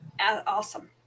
awesome